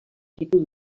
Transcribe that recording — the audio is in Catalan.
títol